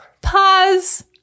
pause